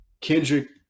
kendrick